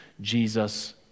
Jesus